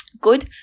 good